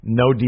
no